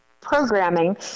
programming